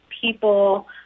people